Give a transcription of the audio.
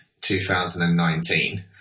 2019